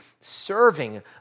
serving